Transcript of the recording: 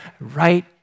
right